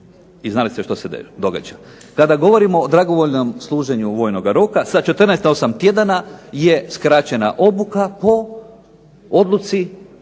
I znali ste što se događa. Kada govorimo o dragovoljnom služenju vojnoga roka, sa 14 na 8 tjedana je skraćena obuka po odluci